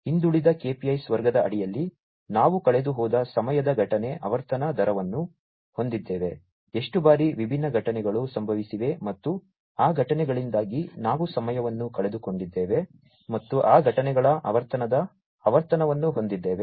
ಹಿಂದುಳಿದ KPIs ವರ್ಗದ ಅಡಿಯಲ್ಲಿ ನಾವು ಕಳೆದುಹೋದ ಸಮಯದ ಘಟನೆ ಆವರ್ತನ ದರವನ್ನು ಹೊಂದಿದ್ದೇವೆ ಎಷ್ಟು ಬಾರಿ ವಿಭಿನ್ನ ಘಟನೆಗಳು ಸಂಭವಿಸಿವೆ ಮತ್ತು ಆ ಘಟನೆಗಳಿಂದಾಗಿ ನಾವು ಸಮಯವನ್ನು ಕಳೆದುಕೊಂಡಿದ್ದೇವೆ ಮತ್ತು ಆ ಘಟನೆಗಳ ಆವರ್ತನದ ಆವರ್ತನವನ್ನು ಹೊಂದಿದ್ದೇವೆ